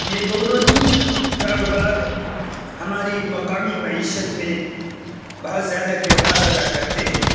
یہ دونوں ہی کاروبار ہماری مقامی معیشت میں بہت زیادہ کردار ادا کرتے ہیں